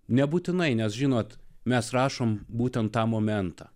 nebūtinai nes žinot mes rašome būtent tą momentą